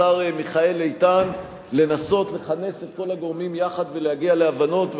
השר מיכאל איתן לנסות לכנס את כל הגורמים יחד ולהגיע להבנות,